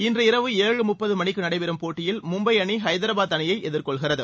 இன்று இரவு ஏழு முப்பது மணிக்கு நடைபெறும் போட்டியில் மும்பை அணி ஐதரபாத் அணியை எதிர்கொள்கிறது